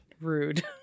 rude